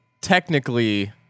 technically